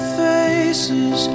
faces